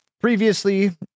previously